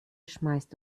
schmeißt